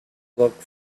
look